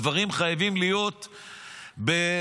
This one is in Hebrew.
הדברים חייבים להיות בדיאלוג,